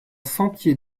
sentier